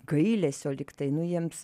gailesio lygtai nu jiems